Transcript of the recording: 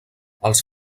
els